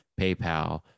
PayPal